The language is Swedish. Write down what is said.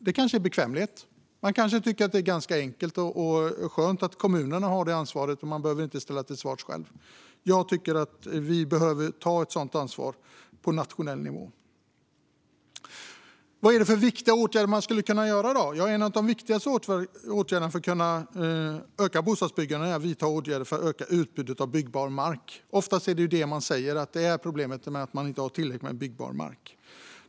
Det kanske är bekvämlighet. Man kanske tycker att det är ganska enkelt och skönt att kommunerna har detta ansvar, och man behöver inte själv ställas till svars. Jag tycker att vi behöver ta ett sådant ansvar på nationell nivå. Vad är det för viktiga åtgärder man skulle kunna göra? Ja, en av de viktigaste åtgärderna för att kunna öka bostadsbyggandet handlar om att öka utbudet av byggbar mark. Ofta säger man att problemet är att man inte har tillräckligt med byggbar mark.